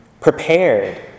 prepared